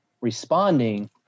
responding